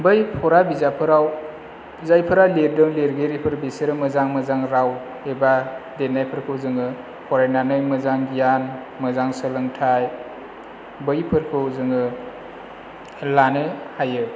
बै फरा बिजाबफोराव जायफोरा लिरदों लिरगिरिफोर बिसोर मोजां मोजां राव एबा लिरनायफोरखौ जोङो फरायनानै मोजां गियान मोजां सोलोंथाइ बैफोरखौ जोङो लानो हायो